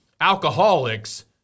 alcoholics